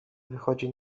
wychodzi